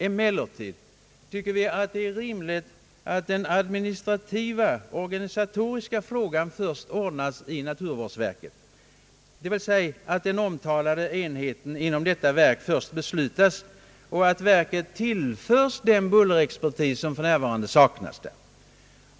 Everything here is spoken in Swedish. Emellertid tycker vi att det är rimligt att den administrativa, organisatoriska frågan först ordnas i naturvårdsverket, dvs. att den omtalade enheten i detta verk först beslutas och att verket tillförs den bullerexpertis som för närvarande saknas där.